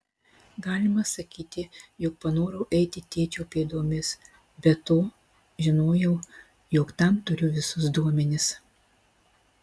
galima sakyti jog panorau eiti tėčio pėdomis be to žinojau jog tam turiu visus duomenis